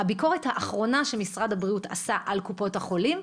הביקורת האחרונה שמשרד הבריאות עשה על קופות החולים,